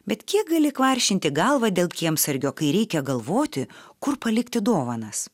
bet kiek gali kvaršinti galvą dėl kiemsargio kai reikia galvoti kur palikti dovanas